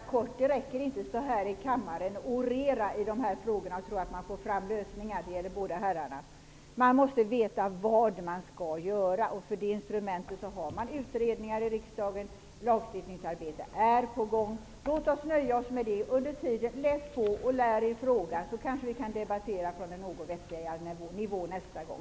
Herr talman! Det räcker inte med att stå här i kammaren och orera om dessa frågor och tro att man kan komma fram till lösningar. Det gäller båda herrarna. Man måste veta vad man skall göra. Såsom instrument har man utredningar i riksdagen. Lagstiftningsarbetet är på gång. Låt oss nöja oss med detta. Läs på under tiden och lär i frågan. Då kan vi kanske debattera på en något högre nivå nästa gång.